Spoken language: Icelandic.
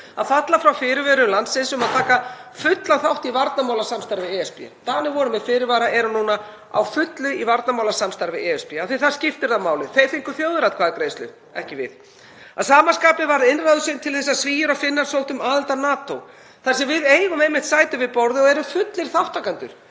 að falla frá fyrirvörum landsins um að taka fullan þátt í varnarmálasamstarfi ESB. Danir voru með fyrirvara, eru núna á fullu í varnarmálasamstarfi ESB því það skiptir þá máli. Þeir fengu þjóðaratkvæðagreiðslu, ekki við. Að sama skapi varð innrásin til þess að Svíar og Finnar sóttu um aðild að NATO, þar sem við eigum einmitt sæti við borðið og erum fullgildir þátttakendur